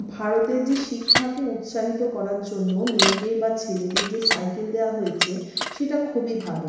ভারতের যে শিক্ষাকে উৎসাহিত করার জন্য মেয়েদের বা ছেলেদের যে সাইকেল দেওয়া হয়েছে সেটা খুবই ভালো